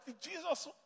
Jesus